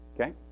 Okay